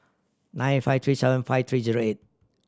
nine five three seven five three zero eight